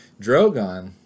Drogon